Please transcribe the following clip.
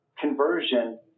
conversion